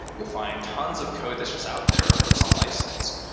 you'll find tons of code that's just out there, but it's on license,